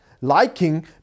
liking